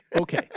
Okay